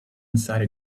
inside